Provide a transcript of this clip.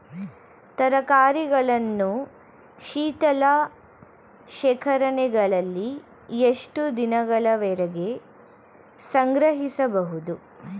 ತರಕಾರಿಗಳನ್ನು ಶೀತಲ ಶೇಖರಣೆಗಳಲ್ಲಿ ಎಷ್ಟು ದಿನಗಳವರೆಗೆ ಸಂಗ್ರಹಿಸಬಹುದು?